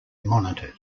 monitored